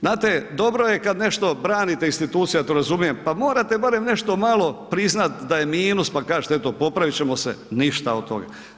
Znate dobro je kad nešto branite institucije, ja to razumijem, pa morate barem nešto malo priznati da je minus, pa kažete eto popravit ćemo se, ništa od toga.